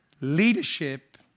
leadership